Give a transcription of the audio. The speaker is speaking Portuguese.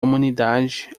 humanidade